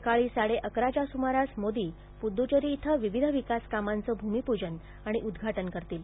सकाळी साडे अकराच्या सुमारास मोदी हे पुदुच्चेरी इथं विविध विकास कामांचं भूमिपूजन आणि उद्घाटन करतील